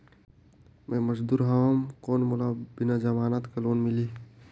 मे मजदूर हवं कौन मोला बिना जमानत के लोन मिलही?